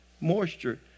moisture